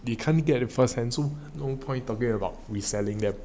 they can't get firsthand so no point talking about reselling them